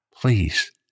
please